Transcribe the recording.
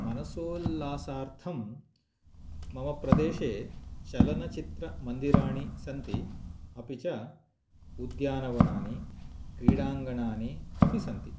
मनसोल्लासार्थं मम प्रदेशे चलनचित्रमन्दिराणि सन्ति अपि च उद्यानवनानि क्रीडाङ्गणानि अपि सन्ति